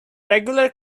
regular